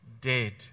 dead